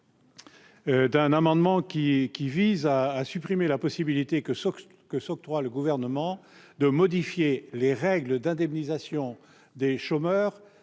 Cet amendement vise à supprimer la possibilité que s'octroie le Gouvernement de modifier les règles d'indemnisation des chômeurs